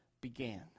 began